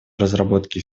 разработке